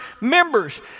members